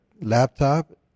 laptop